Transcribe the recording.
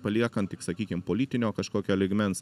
paliekant tik sakykim politinio kažkokio lygmens